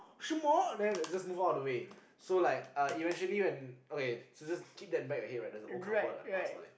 什么 and then just move out of the way so like eventually when so just keep that back of your head right that's an old couple like pass by